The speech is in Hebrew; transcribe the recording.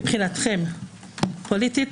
מבחינתכם פוליטית,